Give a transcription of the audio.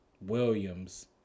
Williams